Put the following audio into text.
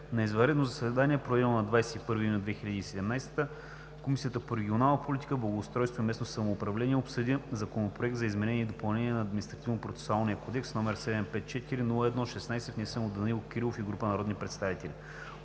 На извънредно заседание, проведено на 21 юни 2017 г., Комисията по регионална политика, благоустройство и местно самоуправление обсъди Законопроект за изменение и допълнение на Административнопроцесуалния кодекс, № 754-01-16, внесен от Данаил Кирилов и група народни представители.